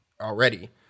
already